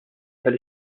tal